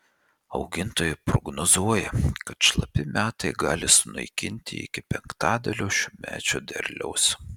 augintojai prognozuoja kad šlapi metai gali sunaikinti iki penktadalio šiųmečio derliaus